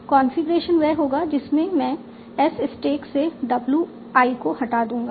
configuration वह होगा जिसमें मैं S स्टैक से w i को हटा दूंगा